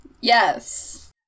Yes